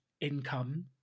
income